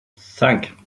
cinq